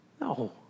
No